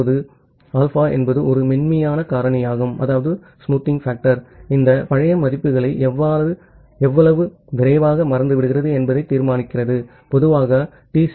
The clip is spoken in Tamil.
இப்போது alpha என்பது ஒரு மென்மையான காரணியாகும் இது பழைய மதிப்புகளை எவ்வளவு விரைவாக மறந்துவிடுகிறது என்பதை தீர்மானிக்கிறது பொதுவாக டி